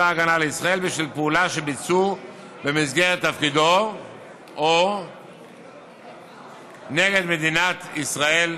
הגנה לישראל בשל פעולה שביצעו במסגרת תפקידם או נגד מדינת ישראל".